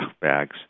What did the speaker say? bags